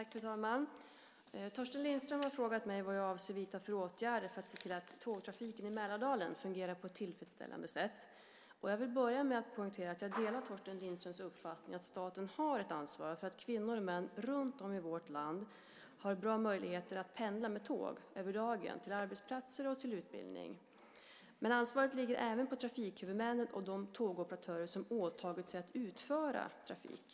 Fru talman! Torsten Lindström har frågat mig vad jag avser att vidta för åtgärder för att se till att tågtrafiken i Mälardalen fungerar på ett tillfredsställande sätt. Jag vill börja med att poängtera att jag delar Torsten Lindströms uppfattning att staten har ett ansvar för att kvinnor och män runtom i vårt land har bra möjligheter att pendla med tåg över dagen till arbetsplatser och utbildning. Men ansvar ligger även på trafikhuvudmännen och de tågoperatörer som åtagit sig att utföra trafik.